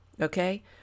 Okay